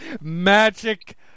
magic